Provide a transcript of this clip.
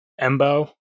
Embo